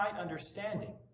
understanding